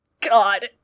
God